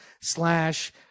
slash